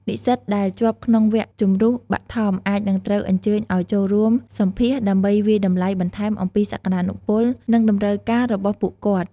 និស្សិតដែលជាប់ក្នុងវគ្គជម្រុះបឋមអាចនឹងត្រូវអញ្ជើញឱ្យចូលរួមសម្ភាសន៍ដើម្បីវាយតម្លៃបន្ថែមអំពីសក្តានុពល និងតម្រូវការរបស់ពួកគាត់។